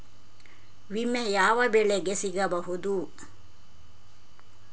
ವಿಮೆ ಯಾವ ಬೆಳೆಗೆ ಸಿಗಬಹುದು?